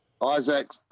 Isaac